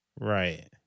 right